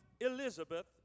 Elizabeth